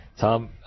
Tom